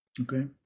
Okay